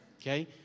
okay